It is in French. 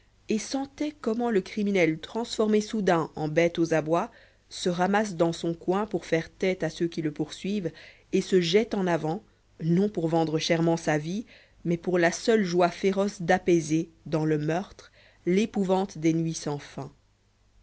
et sentait comment le criminel transformé soudain en bête aux abois se ramasse dans son coin pour faire tête à ceux qui le poursuivent et se jette en avant non pour vendre chèrement sa vie mais pour la seule joie féroce d'apaiser dans le meurtre l'épouvante des nuits sans fin